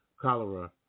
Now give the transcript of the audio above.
cholera